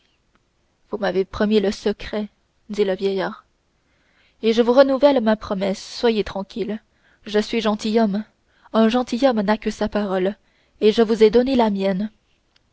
vous m'avez promis le secret dit le vieillard et je vous renouvelle ma promesse soyez tranquille je suis gentilhomme un gentilhomme n'a que sa parole et je vous ai donné la mienne